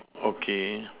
okay